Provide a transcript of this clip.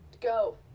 go